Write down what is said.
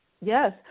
Yes